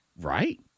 Right